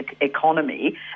economy